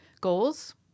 goals